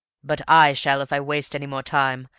but i shall if i waste any more time.